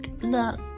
look